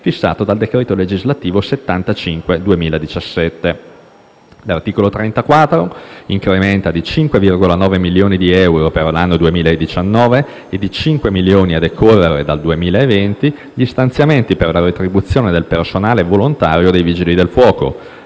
fissato dal decreto legislativo n. 75 del 2017. L'articolo 34 incrementa di 5,9 milioni di euro per l'anno 2019 e di 5 milioni a decorrere dal 2020 gli stanziamenti per la retribuzione del personale volontario dei Vigili del fuoco.